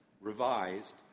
revised